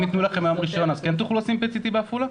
אם יתנו לכם היום רישיון אז כן תוכלו לשים PET-CT בעפולה?